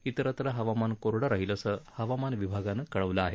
इतरत्र हवामान कोरड राहील असं हवामान विभागानं कळवलं आहे